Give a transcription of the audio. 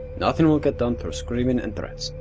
nothing will get done through screaming and threats.